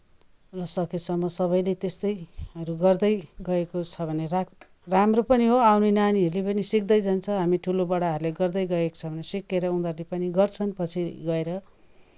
र सकेसम्म सबैले त्यस्तैहरू गर्दै गएको छ भने राम्रो पनि हो आउने नानीहरूले पनि सिक्दै जान्छ हामी ठुलो बडाहरूले गर्दै गएको छ भने सिकेर उनीहरूले पनि गर्छन् पछि गएर